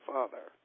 Father